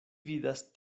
vidas